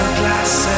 glass